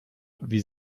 wie